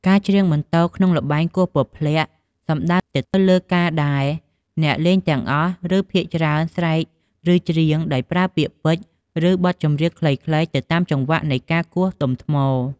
ការច្រៀងបន្ទរក្នុងល្បែងគោះពព្លាក់ សំដៅទៅលើការដែលអ្នកលេងទាំងអស់ ឬភាគច្រើនស្រែក ឬច្រៀងដោយប្រើពាក្យពេចន៍ ឬបទចម្រៀងខ្លីៗ ទៅតាមចង្វាក់នៃការគោះដុំថ្ម។